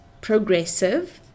Progressive